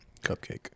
cupcake